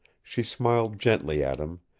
she smiled gently at him,